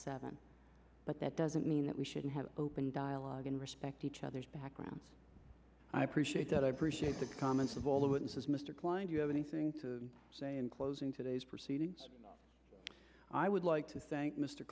seven but that doesn't mean that we shouldn't have open dialogue and respect each other's backgrounds i appreciate that i appreciate the comments of all the witnesses mr klein you have anything to say in closing today's proceedings i would like to thank mr